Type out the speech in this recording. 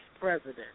president